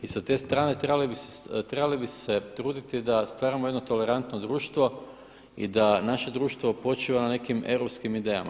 I sa te strane trebali bi se truditi da stvaramo jedno tolerantno društvo i da naše društvo počiva na nekim europskim idejama.